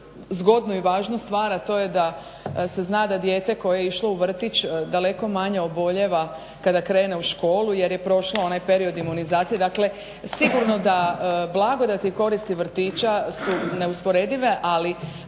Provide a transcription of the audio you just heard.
zgodnu i važnu stvar a to je da se zna da dijete koje je išlo u vrtić daleko manje obolijeva kada krene u školu jer je prošao onaj period imunizacije, dakle sigurno da blagodati koristi vrtića su neusporedive ali